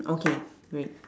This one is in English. okay great